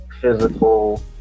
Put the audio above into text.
physical